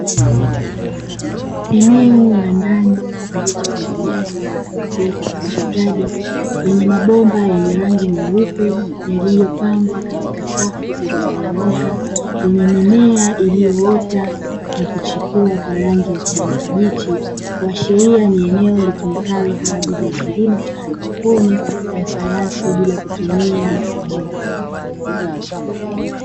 Eneo la ndani lililotengenezwa na kuezekwa kwa ustadi, lenye mabomba yenye rangi nyeupe yaliyopangwa katika safu zilizonyooka, zenye mimea iliyoota na kuchipua kwa rangi ya kijani kibichi, kuashiria ni eneo litumikalo kwa ajili ya kilimo cha haidroponi ya sayansi bila kutumia udongo.